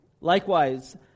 Likewise